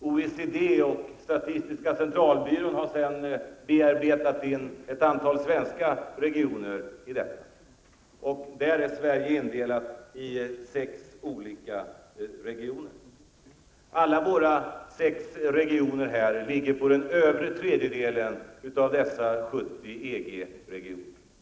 OECD och statistiska centralbyrån har sedan arbetat in ett antal svenska regioner i detta, och här är Sverige indelat i sex olika regioner. Alla våra sex regioner ligger så att säga på den övre tredjedelen beträffande de 70 EG-regionerna.